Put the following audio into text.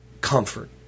comfort